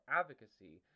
advocacy